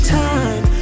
time